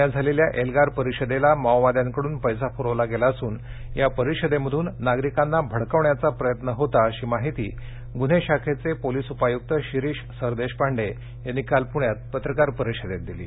पु यात झाले या ए गार प रषदेला माओवा ांकडून पैसा पुरवला गेला असून या प रषदेमधून नाग रकांना भडकव याचा य न होता अशी माहीती गु हे शाखेचे पोलीस उपायु शिरीष सरदेशपांडे यांनी काल पु यात प कार प रषदेत दिली